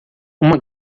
uma